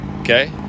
Okay